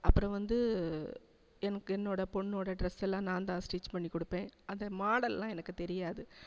அப்புறம் வந்து எனக்கு என்னோடய பொண்ணோடய ட்ரஸெல்லாம் நான்தான் ஸ்டிச் பண்ணிக்கொடுப்பேன் அந்த மாடல்லாம் எனக்கு தெரியாது